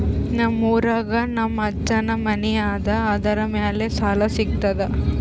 ನಮ್ ಊರಾಗ ನಮ್ ಅಜ್ಜನ್ ಮನಿ ಅದ, ಅದರ ಮ್ಯಾಲ ಸಾಲಾ ಸಿಗ್ತದ?